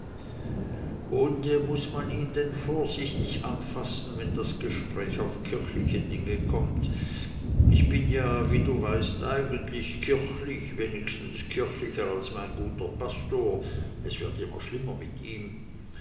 und muß man ihn denn vorsichtig anfassen wenn das gespräch auf kirchliche dinge kommt ich bin ja wie du weißt eigentlich kirchlich wenigstens kirchlicher als mein guter pastor es wird immer schlimmer mit ihm